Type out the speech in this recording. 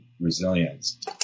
resilience